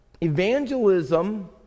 evangelism